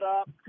up